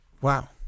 Wow